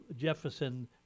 Jefferson